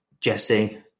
Jesse